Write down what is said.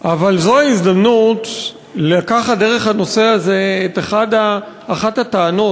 אבל זו ההזדמנות לקחת דרך הנושא הזה את אחת הטענות